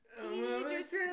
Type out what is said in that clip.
Teenagers